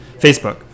Facebook